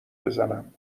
بزنم